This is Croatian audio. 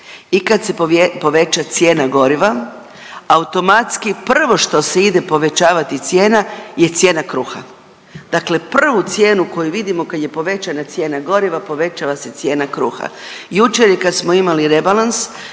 i kad se poveća cijena goriva automatski prvo što se ide povećavati cijena je cijena kruha, dakle prvu cijenu koju vidimo kad je povećana cijena goriva povećava se cijena kruha. Jučer je kad smo imali rebalans